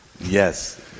Yes